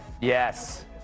Yes